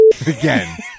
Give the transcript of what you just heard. Again